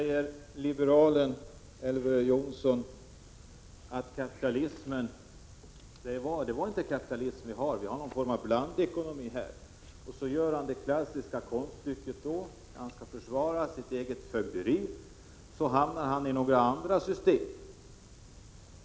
Herr talman! I sitt försvar säger liberalen Elver Jonsson att det inte är kapitalism, utan någon form av blandekonomi som vi har här. Och så gör han det klassiska konststycket: När han skall försvara sitt eget fögderi, hamnar han i några andra system.